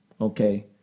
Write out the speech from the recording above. Okay